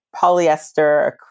polyester